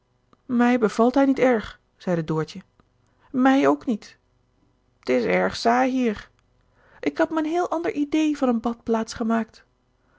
mij bevalt hij niet erg zeide doortje mij ook niet t is erg saai hier ik had me een heel ander idée van eene badplaats gemaakt